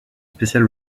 spéciale